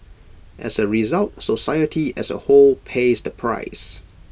as A result society as A whole pays the price